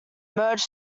merged